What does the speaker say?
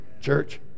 Church